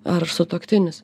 ar sutuoktinis